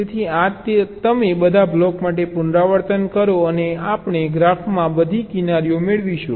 તેથી આ તમે બધા બ્લોક માટે પુનરાવર્તન કરો અને આપણે ગ્રાફમાં બધી કિનારીઓ મેળવીશું